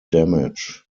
damage